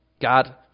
God